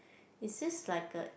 is this like a